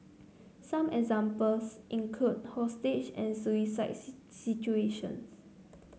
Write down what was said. some examples include hostage and suicide situations